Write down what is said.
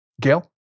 Gail